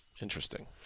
Interesting